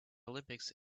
olympics